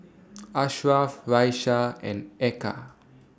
Ashraf Raisya and Eka